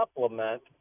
supplement